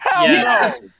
yes